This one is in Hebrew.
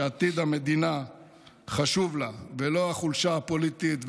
שעתיד המדינה חשוב לה ולא החולשה הפוליטית,